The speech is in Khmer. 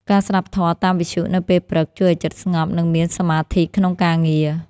ការស្តាប់ធម៌តាមវិទ្យុនៅពេលព្រឹក ជួយឱ្យចិត្តស្ងប់ និងមានសមាធិក្នុងការងារ។